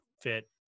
fit